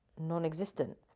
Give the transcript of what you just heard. non-existent